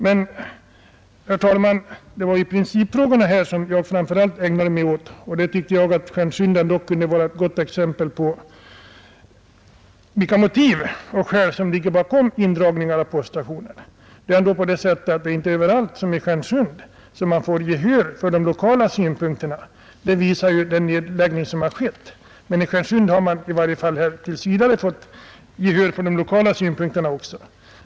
Men det var ju principfrågorna som jag framför allt ägnat mig åt, och jag tyckte att Stjärnsund kunde vara ett gott exempel på vilka motiv som ligger bakom indragningar av poststationer. Man får inte överallt, som i Stjärnsund, gehör för de lokala synpunkterna. Det visar ju det antal nedläggningar som skett.